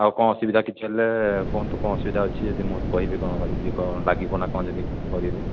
ଆଉ କ'ଣ ଅସୁବିଧା କିଛି ହେଲେ କୁହନ୍ତୁ କ'ଣ ଅସୁବିଧା ଅଛି ଯଦି ମୁଁ କହିବି କ'ଣ ଲାଗିବ ନା କ'ଣ ଯଦି କରିବେ